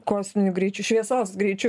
kosminiu greičiu šviesos greičiu